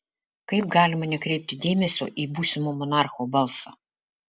kaip galima nekreipti dėmesio į būsimo monarcho balsą